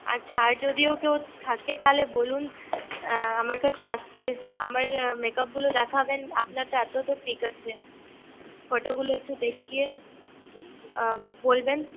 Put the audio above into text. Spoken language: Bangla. আচ্ছা আর যদিও কেউ থাকে তাহলে বলুন আমার কাছে আসতে আমার মেকাপগুলো দেখাবেন আপনার এত তো পিক আছে ফটোগুলো একটু দেখিয়ে বলবেন